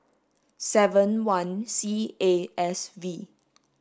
seven one C A S V